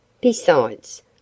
Besides